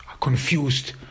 confused